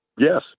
Yes